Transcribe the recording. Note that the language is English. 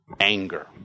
anger